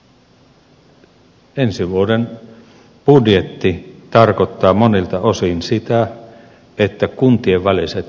ensi vuoden budjetti tarkoittaa monilta osin sitä että kuntien väliset erot kasvavat